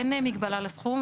אין מגבלה לסכום,